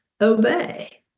obey